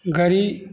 गड़ी